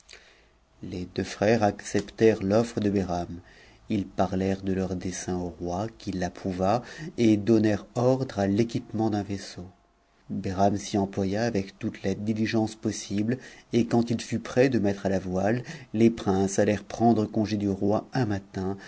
les deux frères acceptèrent fonre de behram ils parlèrent de leur dessein au roi qui l'approuva et donnèrent ordre à l'équipement d'un vaisseau behram s'y employa avec toute la diligence possible et quand il fut prêt de mettre à la voile les princes allèrent prendre congé du roi un matin